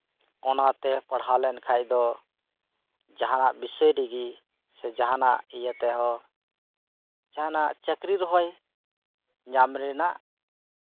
ᱚᱱᱟᱛᱮ ᱯᱟᱲᱦᱟᱣ ᱞᱮᱱᱠᱷᱟᱡ ᱫᱚ ᱡᱟᱸᱦᱟᱱᱟᱜ ᱵᱤᱥᱚᱭ ᱨᱮᱜᱮ ᱥᱮ ᱡᱟᱸᱦᱟᱱᱟᱜ ᱤᱭᱟᱹ ᱛᱮᱦᱚᱸ ᱡᱟᱸᱦᱟᱱᱟᱜ ᱪᱟᱹᱠᱨᱤ ᱨᱮᱦᱚᱭ ᱧᱟᱢ ᱨᱮᱱᱟᱜ